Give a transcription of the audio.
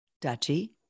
Dutchy